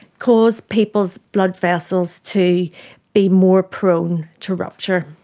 cause people's blood vessels to be more prone to rupture.